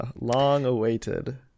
long-awaited